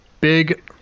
big